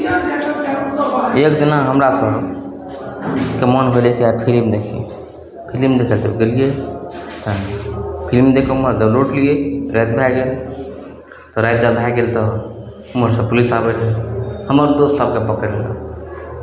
भेज देलेँ हमरासभकेँ मोन भेलै चाहे फिरीमे देखियै फिलिम देखय लेल तब गेलियै तखन फिलिम देखि कऽ ओमहरसँ लौटलियै राति भए गेल तऽ राति जब भए गेल तऽ ओमहरसँ पुलिस आबैत रहै हमर दोस सभकेँ पकड़ि लेलक